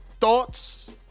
thoughts